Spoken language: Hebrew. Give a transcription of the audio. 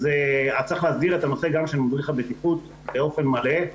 צריך להסדיר גם את הנושא של מדריך הבטיחות באופן מלא.